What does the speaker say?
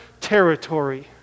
territory